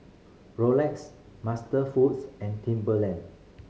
Rolex MasterFoods and Timberland